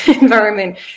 environment